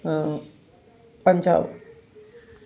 Punjab